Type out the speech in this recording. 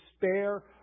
despair